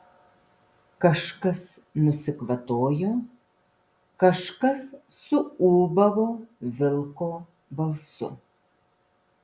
kažkas nusikvatojo kažkas suūbavo vilko balsu